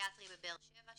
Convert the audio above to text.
הפסיכיאטרי בבאר שבע,